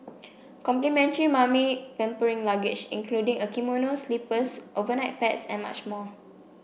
complimentary 'mummy pampering luggage' including a kimono slippers overnight pads and much more